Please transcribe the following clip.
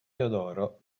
teodoro